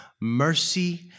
mercy